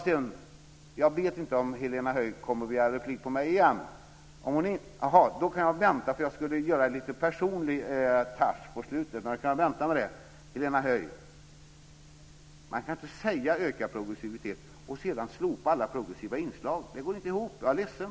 Jag vet inte om Helena Höij kommer att begära replik på mig igen. Det ska hon tydligen göra. Då kan jag vänta; jag skulle ha en lite personlig touche på slutet, men jag kan vänta med det. Helena Höij! Man kan inte tala om ökad progressivitet och sedan slopa alla progressiva inslag. Det går inte ihop. Jag är ledsen.